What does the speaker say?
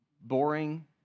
boring